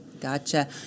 Gotcha